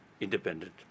independent